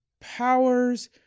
powers